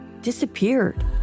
disappeared